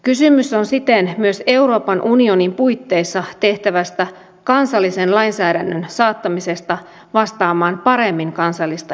kysymys on siten myös euroopan unionin puitteissa tehtävästä kansallisen lainsäädännön saattamisesta vastaamaan paremmin kansallista etua